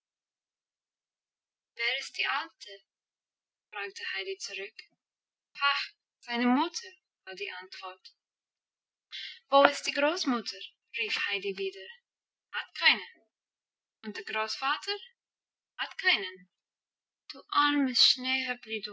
wer ist die alte fragte heidi zurück pah seine mutter war die antwort wo ist die großmutter rief heidi wieder hat keine und der großvater hat keinen du armes